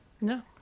No